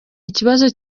ikibazo